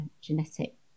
genetic